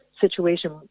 situation